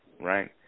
Right